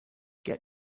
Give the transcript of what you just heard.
get